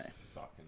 Sucking